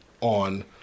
on